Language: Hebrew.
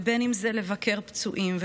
בין אם זה בביקורי פצועים,